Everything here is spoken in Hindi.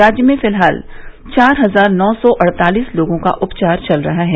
राज्य में फिलहाल चार हजार नौ सौ अड़तालीस लोगों का उपचार चल रहा है